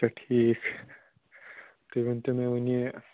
اچھا ٹھیٖک تُہۍ ؤنۍتو مےٚ وۄنۍ یہِ